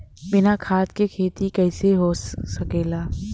बिना खाद के खेती कइसे हो सकेला?